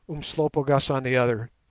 umslopogaas on the other.